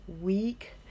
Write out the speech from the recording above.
week